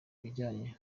bijyanye